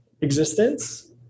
existence